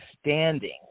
standing